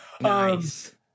Nice